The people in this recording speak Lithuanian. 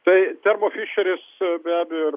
tai thermo fišeris be abejo ir